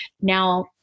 Now